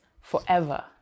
forever